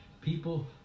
people